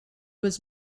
was